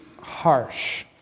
harsh